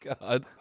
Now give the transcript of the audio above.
God